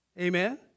Amen